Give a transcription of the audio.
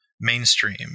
mainstream